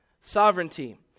sovereignty